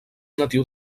natiu